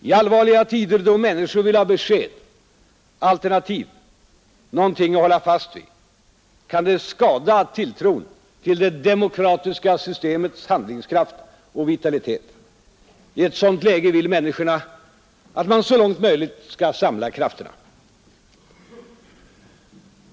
I allvarliga tider, då människor vill ha besked, alternativ, någonting att hålla fast vid, kan de skada tilltron till det demokratiska systemets handlingskraft och vitalitet. I ett sådant läge vill människor att man så långt möjligt skall samla krafterna.